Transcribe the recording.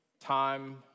time